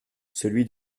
celui